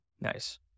Nice